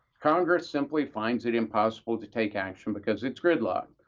congress simply find it impossible to take action because it's gridlock.